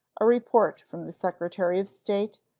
a report from the secretary of state,